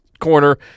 Corner